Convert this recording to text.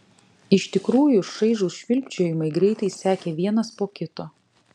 iš tikrųjų šaižūs švilpčiojimai greitai sekė vienas po kito